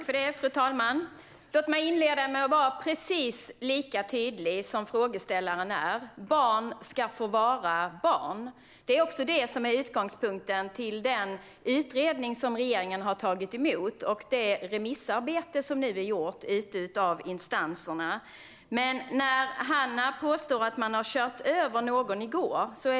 Fru talman! Låt mig inleda med att vara precis lika tydlig som frågeställaren: Barn ska få vara barn. Det har också varit utgångspunkten för den utredning som regeringen har tagit emot och för remissinstanserna. Robert Hannah påstår att man har kört över någon i går.